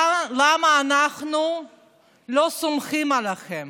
למה אנחנו לא סומכים עליכם?